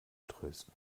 trösten